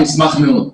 אני אשמח מאוד.